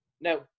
Now